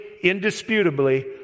indisputably